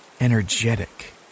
energetic